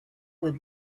would